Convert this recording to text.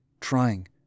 trying